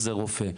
עוזר רופא.